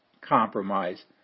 compromise